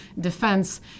defense